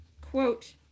quote